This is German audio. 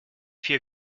vier